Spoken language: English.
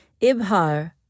Ibhar